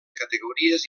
categories